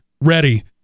ready